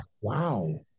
Wow